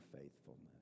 faithfulness